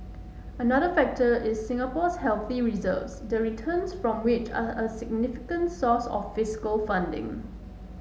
another factor is Singapore's healthy reserves the returns from which are a significant source of fiscal funding